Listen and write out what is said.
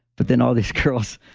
but then all these girls,